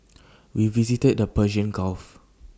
we visited the Persian gulf